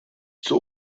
zur